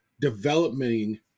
developing